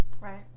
Right